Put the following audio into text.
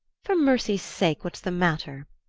for mercy's sake what's the matter?